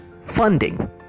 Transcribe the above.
funding